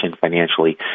financially